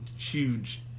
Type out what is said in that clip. Huge